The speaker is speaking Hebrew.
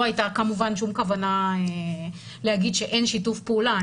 לא הייתה כמובן שום כוונה להגיד שאין שיתוף פעולה.